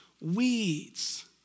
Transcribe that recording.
weeds